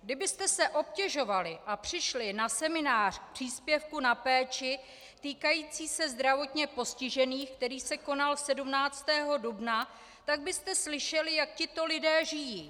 Kdybyste se obtěžovali a přišli na seminář příspěvků na péči týkající se zdravotně postižených, který se konal 17. dubna, tak byste slyšeli, jak tito lidé žijí.